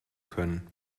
können